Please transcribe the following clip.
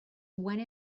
went